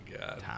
God